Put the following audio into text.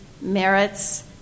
merits